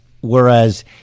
Whereas